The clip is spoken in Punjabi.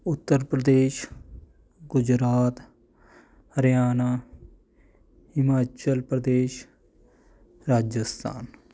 ਉੱਤਰ ਪ੍ਰਦੇਸ਼ ਗੁਜਰਾਤ ਹਰਿਆਣਾ ਹਿਮਾਚਲ ਪ੍ਰਦੇਸ਼ ਰਾਜਸਥਾਨ